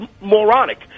moronic